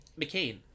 McCain